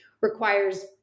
requires